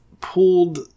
pulled